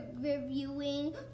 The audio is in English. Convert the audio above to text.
reviewing